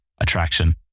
attraction